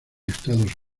estados